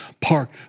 park